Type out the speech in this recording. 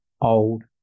old